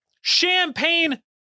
champagne